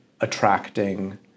attracting